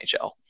NHL